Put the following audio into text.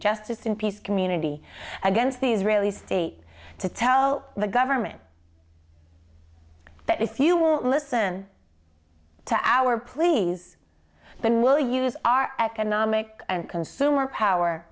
justice and peace community against the israeli state to tell the government that if you will listen to our pleas then we'll use our economic and consumer power